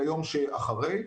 ליום שאחרי.